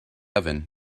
oven